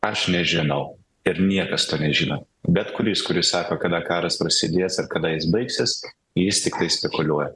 aš nežinau ir niekas to nežino bet kuris kuris sako kada karas prasidės ir kada jis baigsis jis tiktai spekuliuoja